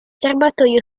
serbatoio